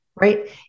Right